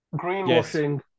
greenwashing